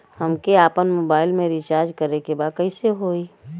हमके आपन मोबाइल मे रिचार्ज करे के बा कैसे होई?